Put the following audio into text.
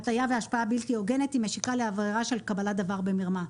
הטייה והשפעה בלתי הוגנת היא משיקה לעבירה של קבלת דבר במרמה.